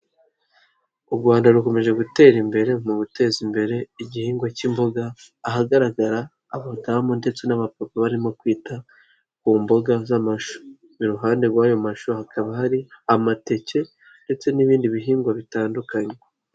U Rwanda rukomeje gutera imbere mu guteza imbere igihingwa cy'imboga, ahagaragara abadamu ndetse n'abapapa barimo kwita ku mboga z'amashu. Iruhande rw'ayo mashusho hakaba hari amateke ndetse n'ibindi bihingwa bitandukanye.